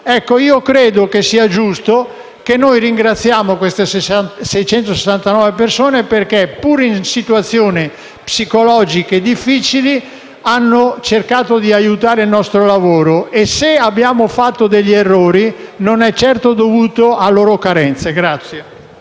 Credo, pertanto, che sia giusto ringraziare queste 669 persone che, pur in situazioni psicologiche difficili, hanno cercato di aiutarci nel nostro lavoro. E se abbiamo fatto degli errori, non è certo dovuto a loro carenze.